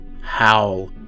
Howl